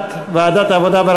ועדת העבודה,